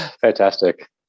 fantastic